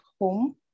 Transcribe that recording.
home